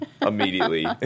immediately